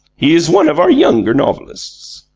he is one of our younger novelists.